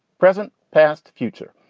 present, past future.